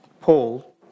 Paul